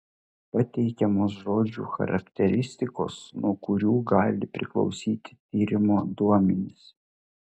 pateikiamos žodžių charakteristikos nuo kurių gali priklausyti tyrimo duomenys